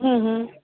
હમ હમ